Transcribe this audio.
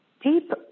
deep